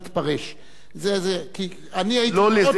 לא לזה הכוונה.